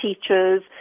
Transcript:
teachers